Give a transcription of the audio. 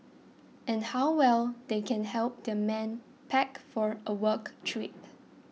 and how well they can help their men pack for a work trip